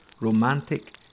romantic